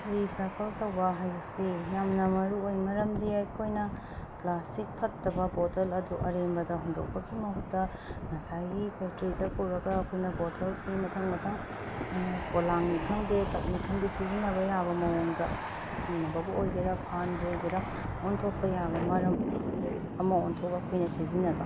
recycle ꯇꯧꯕ ꯍꯥꯏꯕꯁꯤ ꯌꯥꯝꯅ ꯃꯔꯨꯑꯣꯏ ꯃꯔꯝꯗꯤ ꯑꯩꯈꯣꯏꯅ ꯄ꯭ꯂꯥꯁꯇꯤꯛ ꯐꯠꯇꯕ ꯕꯣꯇꯜ ꯑꯗꯨ ꯑꯔꯦꯝꯕꯗ ꯍꯨꯟꯗꯣꯛꯄꯒꯤ ꯃꯍꯨꯠꯇ ꯉꯁꯥꯏꯒꯤ ꯐꯦꯛꯇ꯭ꯔꯤꯗ ꯄꯨꯔꯒ ꯑꯩꯈꯣꯏꯅ ꯕꯣꯇꯜꯁꯤ ꯃꯊꯪ ꯃꯊꯪ ꯄꯣꯂꯥꯡꯅꯤ ꯈꯪꯗꯦ ꯇꯕꯅꯤ ꯈꯪꯗꯦ ꯁꯤꯖꯤꯟꯅꯕ ꯌꯥꯕ ꯃꯑꯣꯡꯗ ꯐꯝꯅꯕꯕꯨ ꯑꯣꯏꯒꯦꯔꯥ ꯐꯥꯟꯕꯨ ꯑꯣꯏꯒꯦꯔꯥ ꯑꯣꯟꯊꯣꯛꯄ ꯌꯥꯕ ꯃꯔꯝ ꯑꯃ ꯑꯣꯟꯊꯣꯛꯂꯒ ꯑꯩꯈꯣꯏꯅ ꯁꯤꯖꯤꯟꯅꯕ